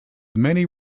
many